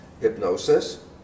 Hypnosis